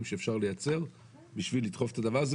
שאפשר לייצר בשביל לדחוף את הדבר הזה,